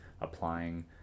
applying